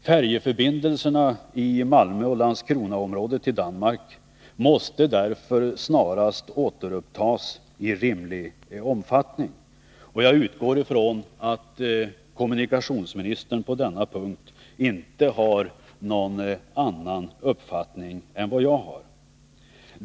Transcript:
Färjeförbindelserna mellan Malmö-Landskronaområdet och Danmark måste därför snarast återupptas i rimlig omfattning, och jag utgår från att kommunikationsministern på denna punkt inte har någon annan uppfattning än vad jag har.